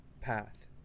path